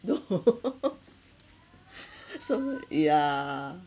snow so yeah